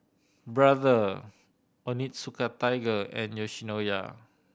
Brother Onitsuka Tiger and Yoshinoya